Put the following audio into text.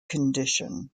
condition